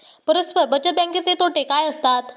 परस्पर बचत बँकेचे तोटे काय असतात?